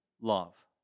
love